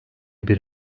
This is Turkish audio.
bir